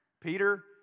Peter